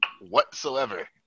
whatsoever